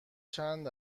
چند